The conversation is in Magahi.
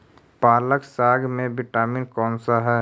पालक साग में विटामिन कौन सा है?